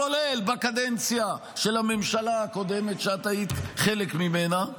כולל בקדנציה של הממשלה הקודמת שאת היית חלק ממנה.